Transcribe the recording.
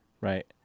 Right